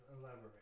elaborate